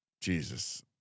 Jesus